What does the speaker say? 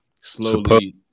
slowly